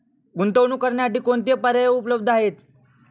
गुंतवणूक करण्यासाठी कोणते पर्याय उपलब्ध आहेत?